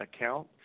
account